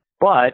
But-